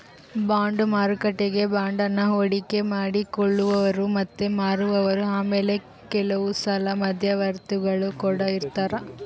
bond ಮಾರುಕಟ್ಟೆಗ ಬಾಂಡನ್ನ ಹೂಡಿಕೆ ಮಾಡಿ ಕೊಳ್ಳುವವರು ಮತ್ತೆ ಮಾರುವವರು ಆಮೇಲೆ ಕೆಲವುಸಲ ಮಧ್ಯವರ್ತಿಗುಳು ಕೊಡ ಇರರ್ತರಾ